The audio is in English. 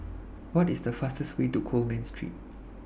What IS The fastest Way to Coleman Street